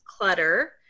clutter